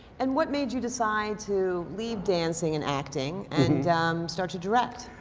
and what made you decide to leave dancing and acting and start to direct?